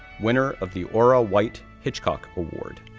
winner of the orra white hitchcock award,